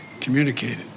communicated